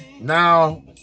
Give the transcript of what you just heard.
Now